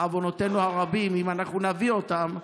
אם אנחנו נביא אותן,